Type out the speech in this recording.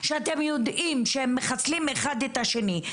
שאתם יודעים שהם מחסלים אחד את השני.